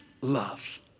love